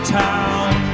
town